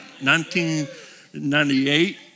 1998